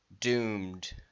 doomed